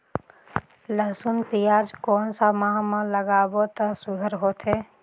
लसुन पियाज कोन सा माह म लागाबो त सुघ्घर होथे?